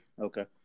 Okay